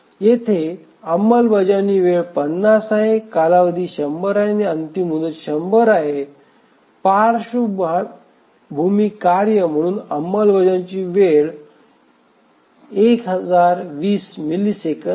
येथे अंमलबजावणीची वेळ 50 आहे कालावधी 100 आहे आणि अंतिम मुदत 100 आहे आणि पार्श्वभूमी कार्य म्हणून अंमलबजावणीची वेळ 1020 मिलीसेकंद आहे